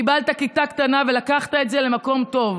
קיבלת כיתה קטנה ולקחת את זה למקום טוב.